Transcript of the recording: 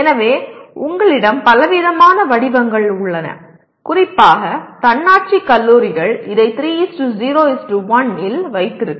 எனவே உங்களிடம் பலவிதமான வடிவங்கள் உள்ளன குறிப்பாக தன்னாட்சி கல்லூரிகள் இதை 3 0 1 இல் வைத்திருக்கலாம்